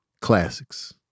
Classics